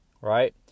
right